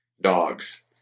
dogs